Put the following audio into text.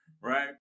right